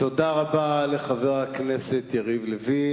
תודה רבה לחבר הכנסת יריב לוין.